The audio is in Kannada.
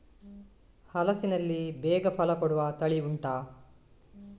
ಹಲಸಿನಲ್ಲಿ ಬೇಗ ಫಲ ಕೊಡುವ ತಳಿ ಉಂಟಾ